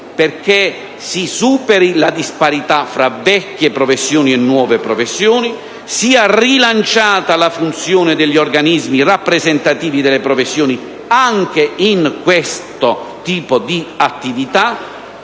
perché si superi la disparità tra vecchie e nuove professioni, sia rilanciata la funzione degli organismi rappresentativi delle professioni, anche in questo tipo di attività